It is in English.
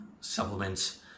supplements